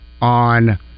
on